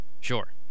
Sure